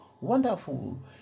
wonderful